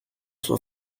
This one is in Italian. sua